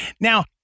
Now